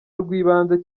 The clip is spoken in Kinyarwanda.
rw’ibanze